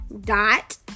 dot